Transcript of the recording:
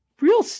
real